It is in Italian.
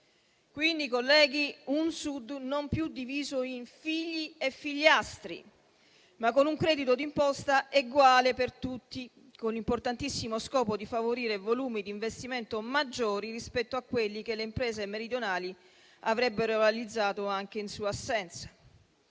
Quindi, colleghi, abbiamo un Sud non più diviso in figli e figliastri, ma con un credito d'imposta eguale per tutti, con l'importantissimo scopo di favorire volumi di investimento maggiori rispetto a quelli che le imprese meridionali avrebbero realizzato anche in sua assenza.